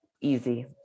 easy